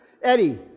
Eddie